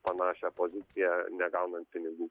panašią poziciją negaunant pinigų